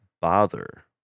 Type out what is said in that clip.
bother